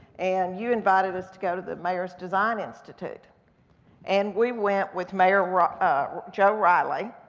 and you invited us to go to the mayors design institute and we went with mayor ah joe reilly,